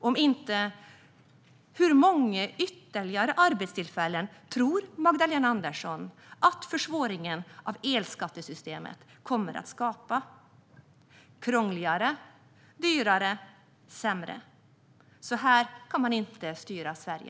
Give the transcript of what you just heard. Om inte: Hur många ytterligare arbetstillfällen tror Magdalena Andersson att försvåringen av elskattesystemet kommer att skapa? Det blir krångligare, dyrare och sämre. Så här kan man inte styra Sverige.